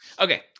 Okay